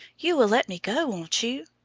you will let me go, won't you?